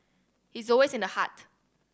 he's always in the heart